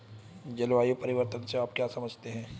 जलवायु परिवर्तन से आप क्या समझते हैं?